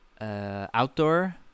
outdoor